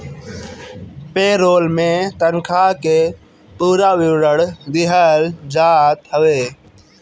पे role में तनखा के पूरा विवरण दिहल जात हवे